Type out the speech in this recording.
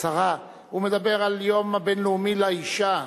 השרה, הוא מדבר על היום הבין-לאומי לאשה.